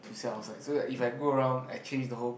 to sell outside so that if I go around I change the whole